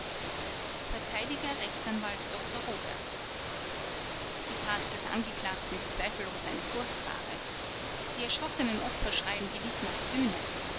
verteidiger rechtsanwalt dr robert die tat des angeklagten ist zweifellos eine furchtbare die erschossenen opfer schreien gewiß nach sühne